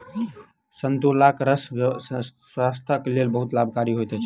संतोलाक रस स्वास्थ्यक लेल बहुत लाभकारी होइत अछि